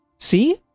see